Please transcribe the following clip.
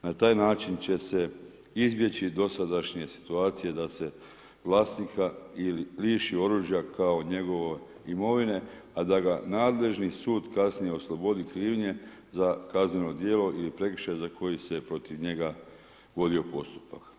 Na taj način će se izbjeći dosadašnje situacije da se vlasnika liši oružja kao njegove imovine, a da ga nadležni sud kasnije oslobodi krivnje za kazneno djelo ili prekršaj za koji se protiv njega vodio postupak.